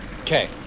Okay